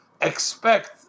expect